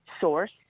source